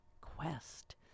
quest